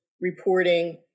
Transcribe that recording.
reporting